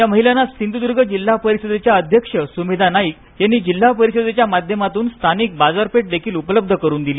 या महिलांना सिंधुदुर्ग जिल्हा परिषदेच्या अध्यक्ष सुमेधा नाईक यांनी जिल्हा परिषदेच्या माध्यमातून स्थानिक बाजारपेठ देखील उपलब्ध करून दिली